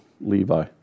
Levi